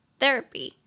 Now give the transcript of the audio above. therapy